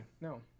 No